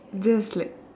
just like